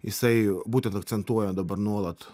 jisai būtent akcentuoja dabar nuolat